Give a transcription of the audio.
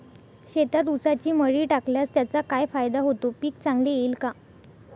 शेतात ऊसाची मळी टाकल्यास त्याचा काय फायदा होतो, पीक चांगले येईल का?